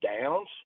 Downs